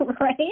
Right